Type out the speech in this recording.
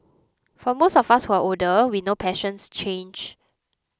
for most of us who are older we know passions change